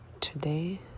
Today